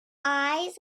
eyes